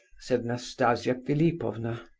said nastasia philipovna.